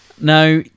Now